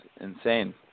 insane